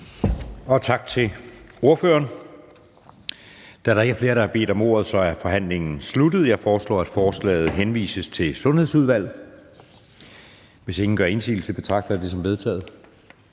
til skatteministeren. Da der ikke er flere, der har bedt om ordet, er forhandlingen sluttet. Jeg foreslår, at lovforslaget henvises til Skatteudvalget. Hvis ingen gør indsigelse, betragter jeg dette som vedtaget.